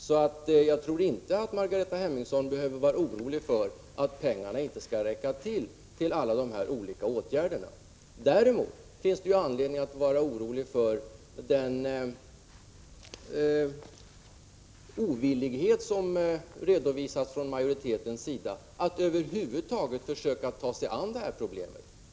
Jag tror därför inte att Margareta Hemmingsson behöver vara orolig för att pengarna inte skall räcka till för de olika åtgärderna. Däremot finns det anledning att vara orolig för den ovillighet som majoriteten redovisat att över huvud taget försöka ta sig an det här problemet.